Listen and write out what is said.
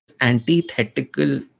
antithetical